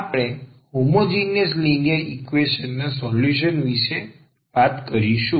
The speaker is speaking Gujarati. આપણે હોમીજીનીયસ લીનિયર ઈક્વેશન ના સોલ્યુશન વિશે વાત કરીશું